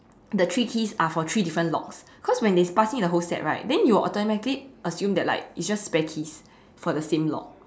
the three keys are for three different locks cause when they pass me the whole set right then you will automatically assume that like it's just spare keys for the same lock